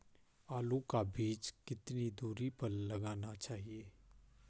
आलू का बीज कितनी दूरी पर लगाना चाहिए?